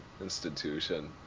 institution